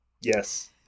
Yes